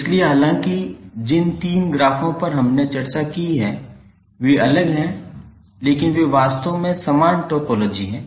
इसलिए हालांकि जिन तीन ग्राफ़ों पर हमने चर्चा की वे अलग हैं लेकिन वे वास्तव में समान टोपोलॉजी हैं